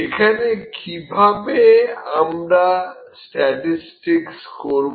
এখানে কিভাবে আমরা স্ট্যাটিসটিকস করব